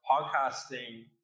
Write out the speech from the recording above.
podcasting